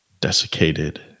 desiccated